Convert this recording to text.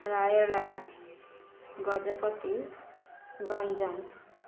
Rayagada Gajapati Ganjam